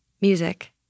Music